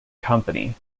company